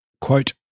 Quote